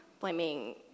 blaming